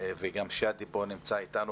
וגם את שרף שנמצא אתנו.